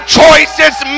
choices